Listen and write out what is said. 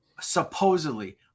supposedly